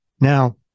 Now